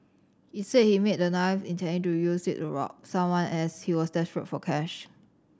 he said he made the knife intending to use it to rob someone as he was desperate for cash